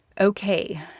okay